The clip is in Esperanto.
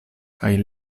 kaj